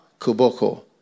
Kuboko